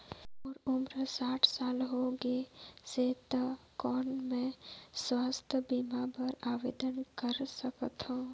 मोर उम्र साठ साल हो गे से त कौन मैं स्वास्थ बीमा बर आवेदन कर सकथव?